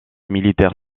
militaire